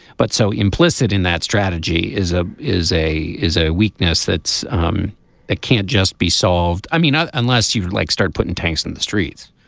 but so implicit in that strategy is a is a is a weakness that um that can't just be solved. i mean not unless you like start putting tanks in the streets